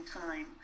time